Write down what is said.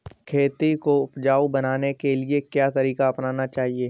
खेती को उपजाऊ बनाने के लिए क्या तरीका अपनाना चाहिए?